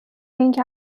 اینکه